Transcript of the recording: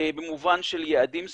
במובן של יעדים ספציפיים,